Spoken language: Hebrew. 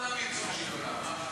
שכולם יצאו כשהיא עולה,